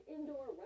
Indoor